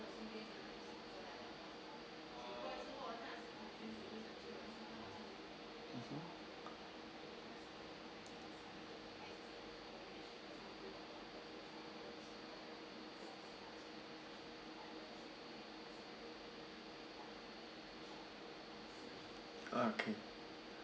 mmhmm okay